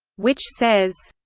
which says,